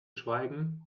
schweigen